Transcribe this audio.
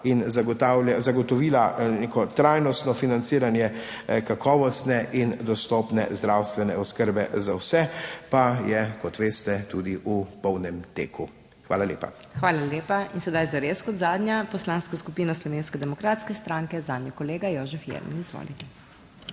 in zagotovila neko trajnostno financiranje kakovostne in dostopne zdravstvene oskrbe za vse, pa je, kot veste, tudi v polnem teku. Hvala lepa. **PODPREDSEDNICA MAG. MEIRA HOT**: Hvala lepa. In sedaj zares kot zadnja Poslanska skupina Slovenske demokratske stranke, zanjo kolega Jožef Jelen. Izvolite.